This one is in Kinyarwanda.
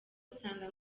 usanga